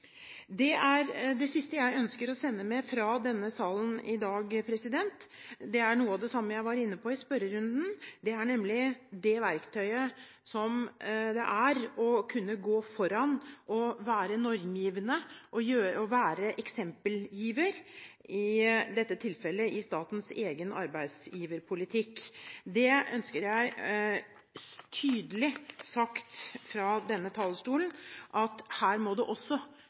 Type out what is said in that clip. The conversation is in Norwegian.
Det er det siste jeg ønsker å sende med fra denne salen i dag, og det er noe av det samme jeg var inne på i spørrerunden. Dette er nemlig verktøyet for å kunne gå foran å være normgivende og eksempelgiver, i dette tilfellet i statens egen arbeidsgiverpolitikk. Jeg ønsker å si tydelig fra denne talerstolen at her må det også